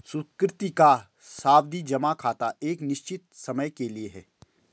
सुकृति का सावधि जमा खाता एक निश्चित समय के लिए है